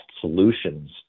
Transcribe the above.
solutions